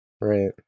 Right